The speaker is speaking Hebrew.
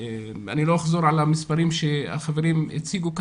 אני לא אחזור על המספרים שהחברים הציגו,